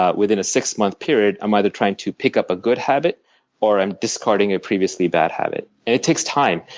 ah within a six month period, i'm either trying to pick up a good habit or i'm discarding a previously bad habit. and it takes time.